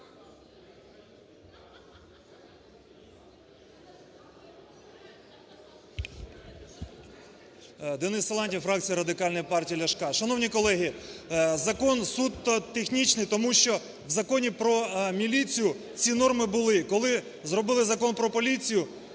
Денис Силантєв, фракція Радикальної партії Ляшка. Шановні колеги, закон суто технічний, тому що у Законі про міліцію ці норми були, коли зробили Закон про поліцію,